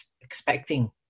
expecting